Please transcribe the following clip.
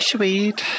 Sweet